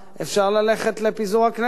אפשר ללכת לפיזור הכנסת.